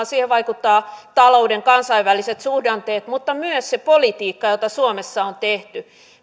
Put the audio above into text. siihen vaikuttaa talouden kansainväliset suhdanteet mutta myös se politiikka jota suomessa on tehty